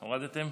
הורדתם?